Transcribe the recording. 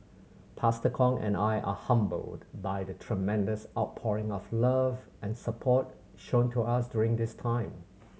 Pastor Kong and I are humbled by the tremendous outpouring of love and support shown to us during this time